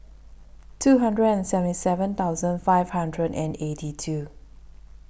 two hundred and seventy seven thousand five hundred and eighty two